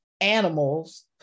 animals